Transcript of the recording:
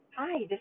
Hi